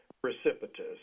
precipitous